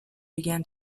began